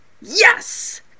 Yes